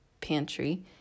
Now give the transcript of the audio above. pantry